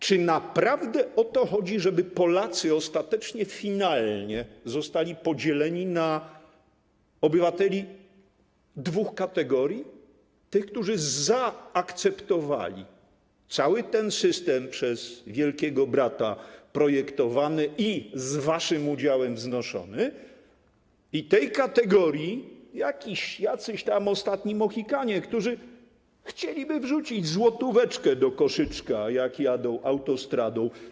Czy naprawdę o to chodzi, żeby Polacy ostatecznie, finalnie zostali podzieleni na obywateli dwóch kategorii: tych, którzy zaakceptowali cały ten system przez Wielkiego Brata projektowany i z waszym udziałem wznoszony, i tych z kategorii: jacyś tam ostatni Mohikanie, którzy chcieliby wrzucić złotóweczkę do koszyczka, jak jadą autostradą?